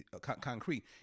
concrete